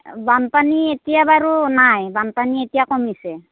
বানপানী এতিয়া বাৰু নাই বানপানী এতিয়া কমিছে